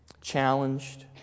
challenged